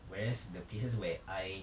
whereas the places where I